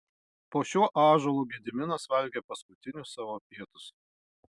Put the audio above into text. po šiuo ąžuolu gediminas valgė paskutinius savo pietus